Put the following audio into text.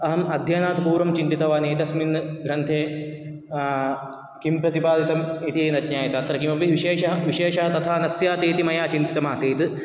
अहम् अध्ययनात् पूर्वं चिन्तितवान् एतस्मिन् ग्रन्थे किं प्रतिपादितम् इति न ज्ञायते अत्र किमपि विशेषः विशेषः तथा न स्यात् इति मया चिन्तितमासीद्